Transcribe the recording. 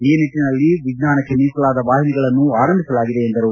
ಈ ನಿಟ್ಟನಲ್ಲಿ ವಿಜ್ಞಾನಕ್ಕೆ ಮೀಸಲಾದ ವಾಹಿನಿಗಳನ್ನು ಆರಂಭಿಸಲಾಗಿದೆ ಎಂದರು